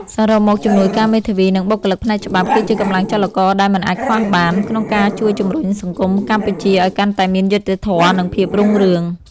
សរុបមក ជំនួយការមេធាវី និងបុគ្គលិកផ្នែកច្បាប់ គឺជាកម្លាំងចលករដែលមិនអាចខ្វះបាន ក្នុងការជួយជំរុញសង្គមកម្ពុជាឱ្យកាន់តែមានយុត្តិធម៌ និងភាពរុងរឿង។